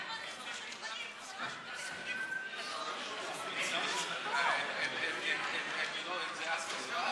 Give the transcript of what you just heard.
ואצלנו זה השקר: ושיקרתם ושיקרתם ושיקרתם.